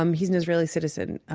um he's an israeli citizen, ah